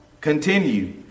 continue